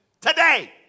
today